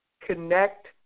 connect